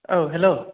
औ हेलौ